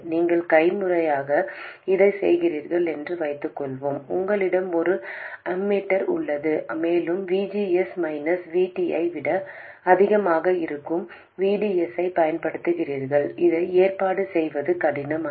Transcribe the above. நீங்கள் கைமுறையாக இதைச் செய்கிறீர்கள் என்று வைத்துக்கொள்வோம் உங்களிடம் ஒரு அம்மீட்டர் உள்ளது மேலும் V G S minus V T ஐ விட அதிகமாக இருக்கும் V DS ஐப் பயன்படுத்துகிறீர்கள் இதை ஏற்பாடு செய்வது கடினம் அல்ல